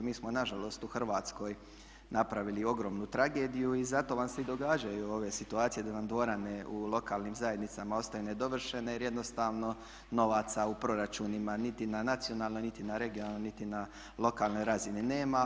Mi smo nažalost u Hrvatskoj napravili ogromnu tragediju i zato vam se i događaju ove situacije da nam dvorane u lokalnim zajednica ostaju nedovršene jer jednostavno novaca u proračunima niti na nacionalnoj, niti na regionalnoj, niti na lokalnoj razini nema.